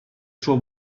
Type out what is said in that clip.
suo